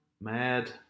Mad